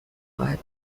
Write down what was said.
خواهد